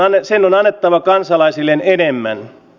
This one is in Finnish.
sen on annettava kansalaisilleen enemmän